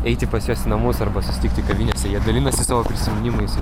eiti pas juos į namus arba susitikti kavinėse jie dalinasi savo prisiminimais